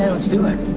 let's do it.